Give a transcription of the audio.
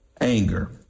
anger